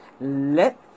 Let